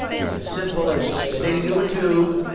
it's as simple as spitting into a tube,